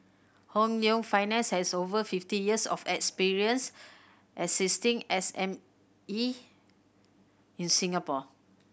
Hong Leong Finance has over fifty years of experience assisting S M E in Singapore